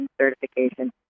Certification